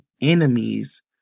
enemies